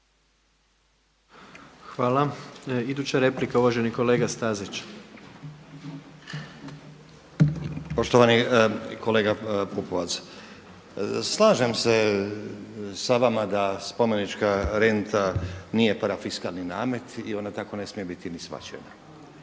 Hvala. Iduća replika uvaženi kolega Stazić. **Stazić, Nenad (SDP)** Poštovani kolega Pupovac, slažem se sa vama da spomenička renta nije parafiskalni namet i ona tako ne smije biti ni shvaćena.